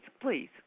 please